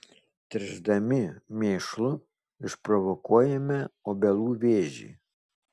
tręšdami mėšlu išprovokuojame obelų vėžį